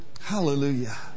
Hallelujah